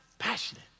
passionate